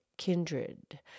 kindred